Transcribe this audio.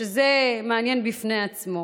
שזה מעניין בפני עצמו,